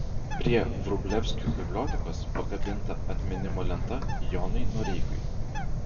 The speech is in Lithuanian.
prie vrublevskių bibliotekos pakabinta atminimo lenta jonui noreikai